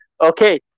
Okay